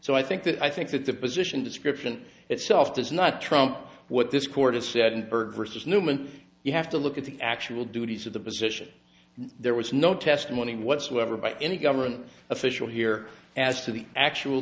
so i think that i think that the position description itself does not trump what this court has said and berg versus newman you have to look at the actual duties of the position there was no testimony whatsoever by any government official here as to the actual